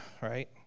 right